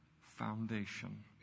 foundation